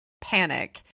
panic